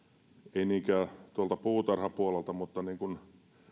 ei niinkään tuolta puutarhapuolelta mutta